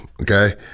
Okay